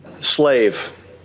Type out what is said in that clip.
slave